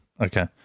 Okay